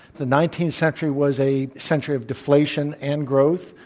the nineteenth century was a century of deflation and growth.